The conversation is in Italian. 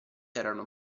erano